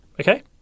Okay